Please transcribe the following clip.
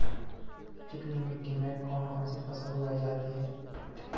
चिकनी मिट्टी में कौन कौन सी फसल उगाई जाती है?